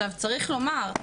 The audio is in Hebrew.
צריך לומר,